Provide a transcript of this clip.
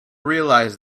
realise